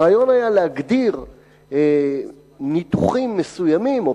הרעיון היה להגדיר ניתוחים מסוימים או